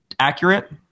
accurate